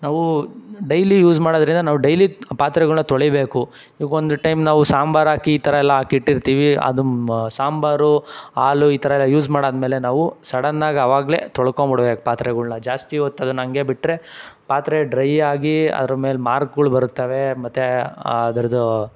ನಾವು daily use ಮಾಡೋದ್ರಿಂದ ನಾವು ಡೈಲಿ ಪಾತ್ರೆಗಳ್ನ ತೊಳೀಬೇಕು ಈಗ ಒಂದು ಟೈಮ್ ನಾವು ಸಾಂಬಾರು ಹಾಕಿ ಈ ಥರ ಎಲ್ಲ ಹಾಕಿಟ್ಟಿರ್ತೀವಿ ಅದು ಸಾಂಬಾರು ಹಾಲು ಈ ಥರ ಎಲ್ಲ ಯೂಸ್ ಮಾಡಿ ಆದ ಮೇಲೆ ನಾವು ಸಡನ್ ಆಗಿ ಆವಾಗಲೇ ತೊಳ್ಕೊಂಬಿಡ್ಬೇಕು ಪಾತ್ರೆಗಳ್ನ ಜಾಸ್ತಿ ಹೊತ್ ಅದನ್ನ ಹಂಗೆ ಬಿಟ್ಟರೆ ಪಾತ್ರೆ ಡ್ರೈ ಆಗಿ ಅದ್ರ ಮೇಲೆ ಮಾರ್ಕ್ಗಳು ಬರ್ತವೆ ಮತ್ತು ಅದರದು